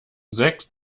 sekt